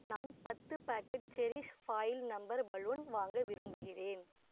நான் பத்து packet cherish foil number balloon வாங்க விரும்புகிறேன்